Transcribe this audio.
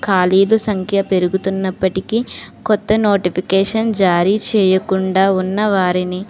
ఖాళీల సంఖ్య పెరుగుతున్నప్పటికీ కొత్త నోటిఫికేషన్ జారీ చేయకుండా ఉన్న వారిని